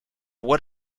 what